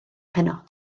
heno